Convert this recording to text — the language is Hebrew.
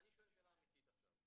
אני שואל שאלה אמיתית עכשיו.